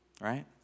right